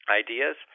ideas